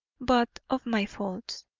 but of my faults.